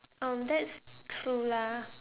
um that's true lah